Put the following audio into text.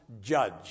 judge